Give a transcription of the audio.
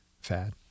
fad